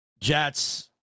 Jets